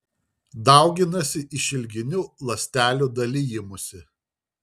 dauginasi išilginiu ląstelių dalijimusi